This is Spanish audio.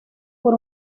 por